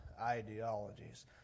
ideologies